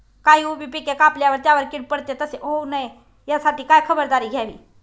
काही उभी पिके कापल्यावर त्यावर कीड पडते, तसे होऊ नये यासाठी काय खबरदारी घ्यावी?